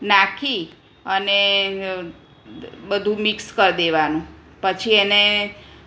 નાંખી અને બધું મીક્ષ કરી દેવાનું પછી એને